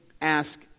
ask